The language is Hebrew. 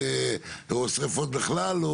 או שריפות בכלל,